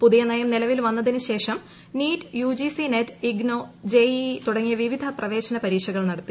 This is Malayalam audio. പുതിയ നയം നിലവിൽ വന്നതിനു ശേഷം NEET UGC NET IGNOU JEE തുടങ്ങിയ വിവിധ പ്രവേശന പരീക്ഷകൾ ് നടത്തി